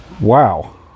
Wow